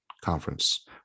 conference